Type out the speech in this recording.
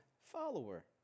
follower